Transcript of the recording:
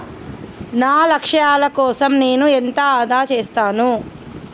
నా లక్ష్యాల కోసం నేను ఎంత ఆదా చేస్తాను?